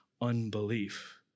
unbelief